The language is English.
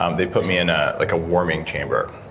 um they put me in a like ah warming chamber.